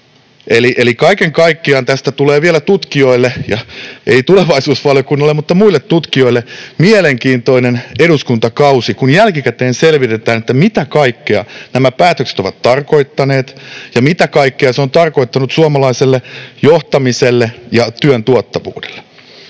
Eli kaiken kaikkiaan tästä tulee vielä tutkijoille, ei tulevaisuusvaliokunnalle mutta muille tutkijoille, mielenkiintoinen eduskuntakausi, kun jälkikäteen selvitetään, mitä kaikkea nämä päätökset ovat tarkoittaneet ja mitä kaikkea ne ovat tarkoittaneet suomalaiselle johtamiselle ja työn tuottavuudelle.